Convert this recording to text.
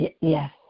Yes